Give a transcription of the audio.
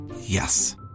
Yes